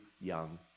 young